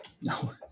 no